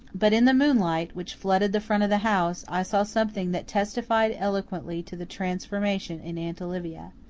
but in the moonlight, which flooded the front of the house, i saw something that testified eloquently to the transformation in aunt olivia.